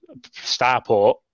starport